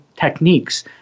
techniques